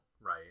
Right